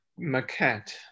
maquette